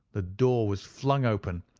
the door was flung open,